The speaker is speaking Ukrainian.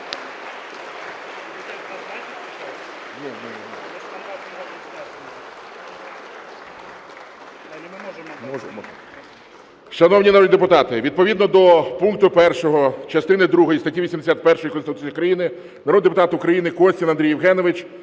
Шановні народні депутати, відповідно до пункту 1 частини другої статті 81 Конституції України народний депутат України Костін Андрій Євгенович